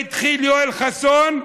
והתחיל יואל חסון,